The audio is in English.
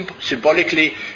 symbolically